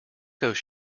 goes